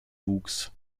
wuchs